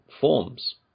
forms